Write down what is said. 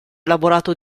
elaborato